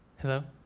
hello.